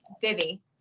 Vivi